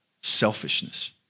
selfishness